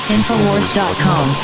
InfoWars.com